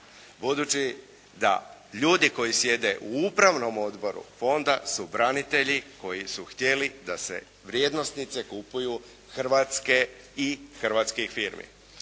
Budući da ljudi koji sjede u upravnom odboru fonda su branitelji koji su htjeli da se vrijednosnice kupuju hrvatske i hrvatskih firmi.